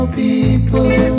people